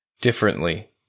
differently